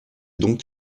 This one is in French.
donc